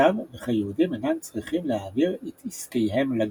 המצב וכי היהודים אינם צריכים להעביר את עסקיהם לגטו.